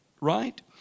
right